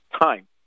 time